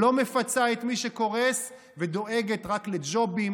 לא מפצה את מי שקורס ודואגת רק לג'ובים,